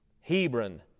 hebron